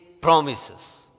promises